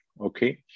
Okay